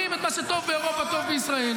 אנחנו מעבירים את מה שטוב לאירופה טוב לישראל,